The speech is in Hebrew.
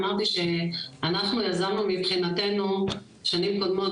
אמרתי שאנחנו יזמנו מבחינתנו שנים קודמות